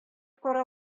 кара